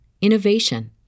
innovation